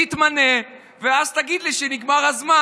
תתמנה, ואז תגיד לי שנגמר הזמן.